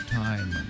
time